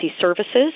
services